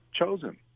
chosen